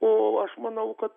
o aš manau kad